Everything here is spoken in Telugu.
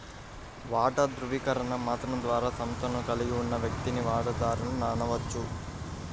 వాటా ధృవీకరణ పత్రం ద్వారా సంస్థను కలిగి ఉన్న వ్యక్తిని వాటాదారుడు అనవచ్చు